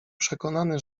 przekonany